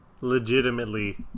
legitimately